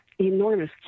enormous